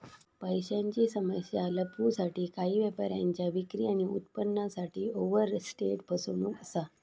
पैशांची समस्या लपवूसाठी काही व्यापाऱ्यांच्या विक्री आणि उत्पन्नासाठी ओवरस्टेट फसवणूक असा